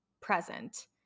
present